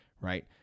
right